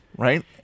Right